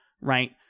right